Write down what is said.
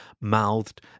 mouthed